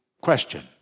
question